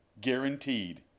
Guaranteed